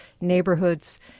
neighborhoods